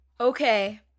okay